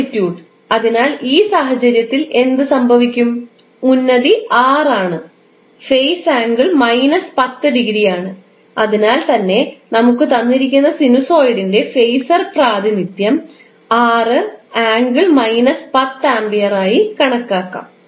amplitude അതിനാൽ ഈ സാഹചര്യത്തിൽ എന്ത് സംഭവിക്കും ഉന്നതി 6 ആണ് ഫേസ് ആംഗിൾ മൈനസ് 10 ഡിഗ്രിയാണ് അതിനാൽ നമുക്ക് തന്നിരിക്കുന്ന സിനുസോയിഡിൻറെ ഫേസർ പ്രാതിനിധ്യം 6∠ 10 ആമ്പിയർ ആയി കണക്കാക്കാം